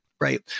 right